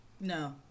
No